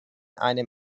einem